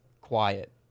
quiet